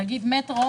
להגיד מטרו